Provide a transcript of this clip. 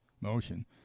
motion